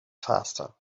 faster